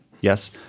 Yes